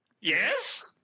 Yes